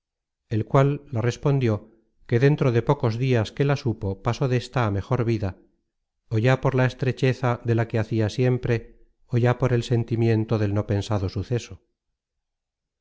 el cual la respondió que dentro de pocos dias que la supo pasó desta á mejor vida é ya por la estrecheza de la que hacia siempre ó ya por el sentimiento del no pensado suceso